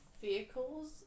Vehicles